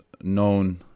known